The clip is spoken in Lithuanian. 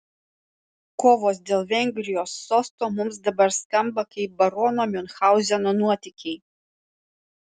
kovos dėl vengrijos sosto mums dabar skamba kaip barono miunchauzeno nuotykiai